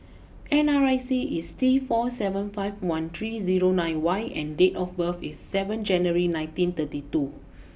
N R I C is T four seven five one three zero nine Y and date of birth is seven January nineteen thirty two